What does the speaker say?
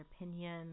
opinion